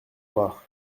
noirs